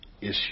issue